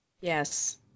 Yes